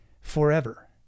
forever